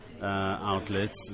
outlets